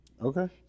Okay